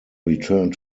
returned